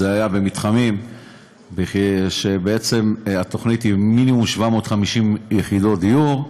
זה היה במתחמים שבעצם התוכנית היא מינימום 750 יחידות דיור.